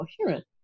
coherent